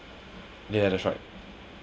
yeah that's right